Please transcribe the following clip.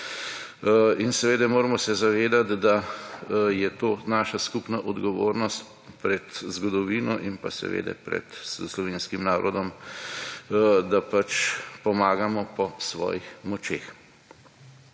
In seveda, moramo se zavedati, da je to naša skupna odgovornost pred zgodovino in pa seveda pred slovenskim narodom, da pomagamo po svojim močeh.